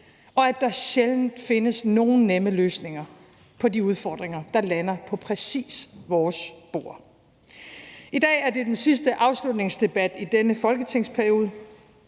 og at der sjældent findes nogen nemme løsninger på de udfordringer, der lander på præcis vores bord. I dag er det den sidste afslutningsdebat i denne folketingsperiode,